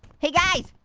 hey guys,